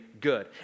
good